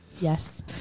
Yes